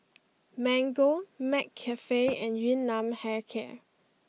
Mango McCafe and Yun Nam Hair Care